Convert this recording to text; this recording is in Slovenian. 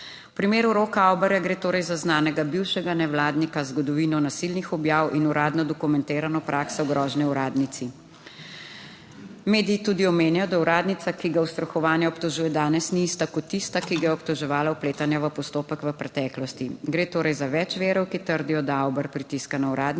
V primeru Roka Avberja gre torej za znanega bivšega nevladnika, zgodovino nasilnih objav in uradno dokumentirano prakso grožnje uradnici. Mediji tudi omenjajo, da uradnica, ki ga ustrahovanja obtožuje danes, ni ista kot tista, ki ga je obtoževala vpletanja v postopek v preteklosti. Gre torej za več virov, ki trdijo, da Avber pritiska na uradnice.